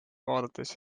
vaadates